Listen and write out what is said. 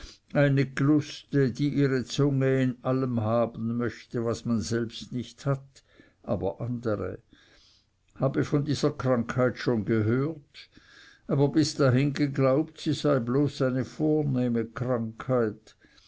eine gluste die ihre zunge in allem haben möchte was man selbst nicht hat aber andere habe von dieser krankheit schon gehört aber bis dahin geglaubt sie sei bloß eine vornehme krankheit